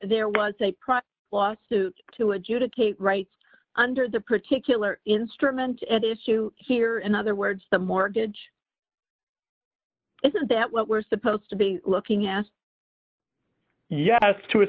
there was a lot lawsuits to adjudicate right under the particular instrument at issue here in other words the mortgage isn't that what we're supposed to be looking ass yes to a